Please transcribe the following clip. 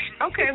Okay